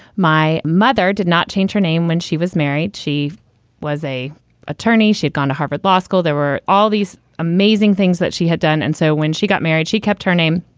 my mother did not change her name when she was married. she was a attorney. she'd gone to harvard law school. there were all these amazing things that she had done. and so when she got married, she kept her name.